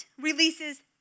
releases